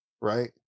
right